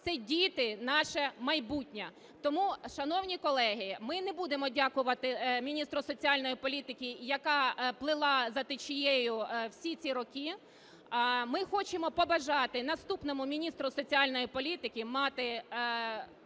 це діти – наше майбутнє. Тому, шановні колеги, ми не будемо дякувати міністру соціальної політики, яка плила за течією всі ці роки. Ми хочемо побажати наступному міністру соціальної політики мати